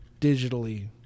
digitally